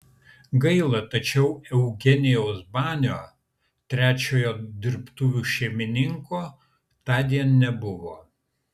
gaila tačiau eugenijaus banio trečiojo dirbtuvių šeimininko tądien nebuvo